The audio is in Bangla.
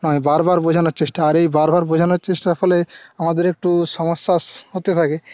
নয় বার বার বোঝানো চেষ্টা আর এই বার বার বোঝানোর চেষ্টার ফলে আমাদের একটু সমস্যা হতে থাকে